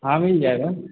हाँ मिल जाएगा